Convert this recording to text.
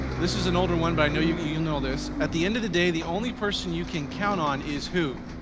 this is an older one, but i know you'll you'll know this. at the end of the day, the only person you can count on is who?